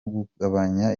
kugabanya